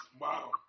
Wow